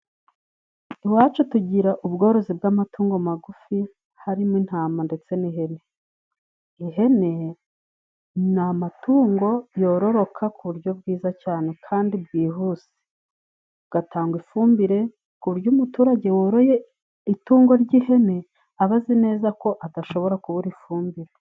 Iwacu tugira ubworozi bw'amatungo magufi harimo intama ndetse n'ihene. Ihene ni amatungo yororoka ku buryo bwiza cyane kandi bwihuse, gatanga ifumbire ku buryo umuturage woroye itungo ry'ihene aba azi neza ko adashobora kubura ifumbire.